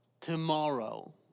tomorrow